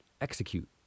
execute